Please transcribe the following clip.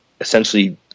essentially